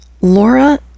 Laura